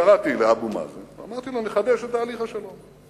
קראתי לאבו מאזן ואמרתי לו: נחדש את תהליך השלום.